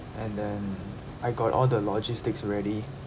and then I got all the logistics ready